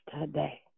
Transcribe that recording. today